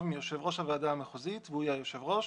מיושב ראש הועדה המחוזית והוא יהיה היושב ראש,